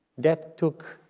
that took